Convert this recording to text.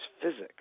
physics